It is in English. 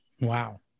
Wow